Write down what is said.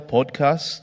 Podcast